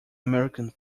american